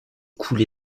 coulé